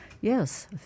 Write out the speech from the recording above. Yes